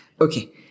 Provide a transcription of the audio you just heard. Okay